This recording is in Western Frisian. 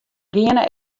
geane